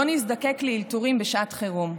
לא נזדקק לאלתורים בשעת חירום.